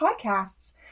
podcasts